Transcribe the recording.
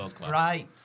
Right